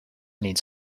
needs